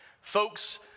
Folks